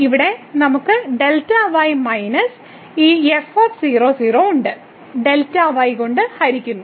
ഇവിടെ നമുക്ക് മൈനസ് ഈ f 00 ഉണ്ട് കൊണ്ട് ഹരിക്കുന്നു